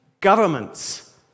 Governments